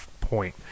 point